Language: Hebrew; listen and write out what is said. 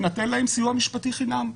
יינתן להם סיוע משפטי חינם,